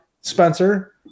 Spencer